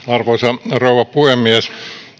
arvoisa rouva puhemies